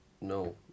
No